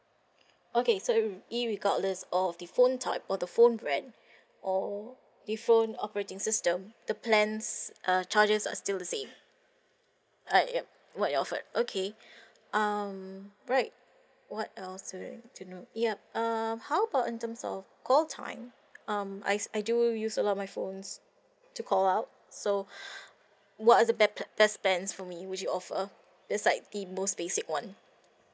okay so irregardless all of the phone type or the phone brand or the phone operating system the plans uh charges are still the same uh yup what you offered okay um right what else would like to know yup um how about in terms of call time um I I do use a lot my phone's to call out so what are the best plan for me which you offer just like the most basic one